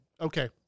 Okay